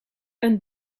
een